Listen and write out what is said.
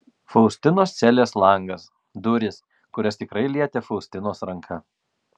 faustinos celės langas durys kurias tikrai lietė faustinos ranka